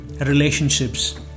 relationships